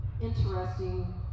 interesting